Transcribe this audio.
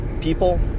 people